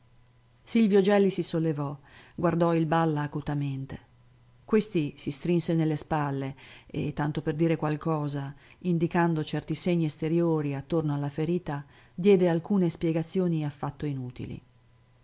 giorni silvio gelli si sollevò guardò il balla acutamente questi si strinse nelle spalle e tanto per dire qualcosa indicando certi segni esteriori attorno alla ferita diede alcune spiegazioni affatto inutili